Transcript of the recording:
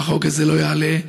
החוק הזה לא יעלה,